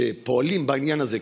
שפועלים בעניין הזה,